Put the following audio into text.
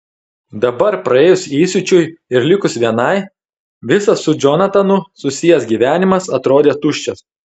dabar praėjus įsiūčiui ir likus vienai visas su džonatanu susijęs gyvenimas atrodė tuščias